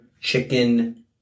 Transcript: chicken